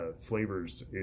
flavors